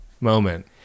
moment